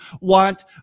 want